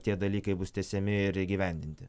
tie dalykai bus tęsiami ir įgyvendinti